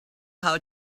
how